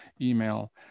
email